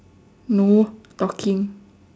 no talking